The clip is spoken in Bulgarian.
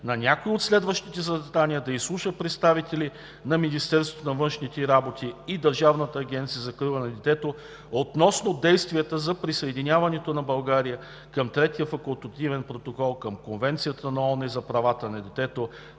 на някое от следващите заседания да изслуша представители на Министерството на външните работи и Държавната агенция за закрила на детето относно действията за присъединяване на България към Третия факултативен протокол към Конвенцията на ООН за правата на децата,